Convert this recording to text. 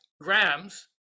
grams